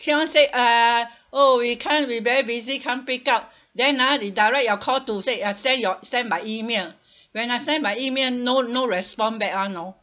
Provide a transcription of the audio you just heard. she only said uh oh we can't we very busy can't pick up then ah they direct your call to say uh send your send by email when I send by email no no respond back [one] know